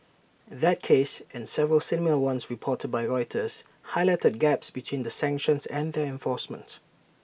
that case and several similar ones reported by Reuters Highlighted Gaps between the sanctions and their enforcement